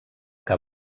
que